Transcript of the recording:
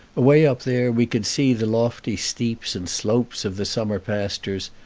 away up there we could see the lofty steeps and slopes of the summer pastures,